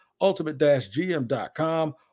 ultimate-gm.com